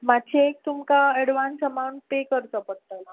मात्शें एक तुमका एडवांस अमाउंट पे करचो पडटलो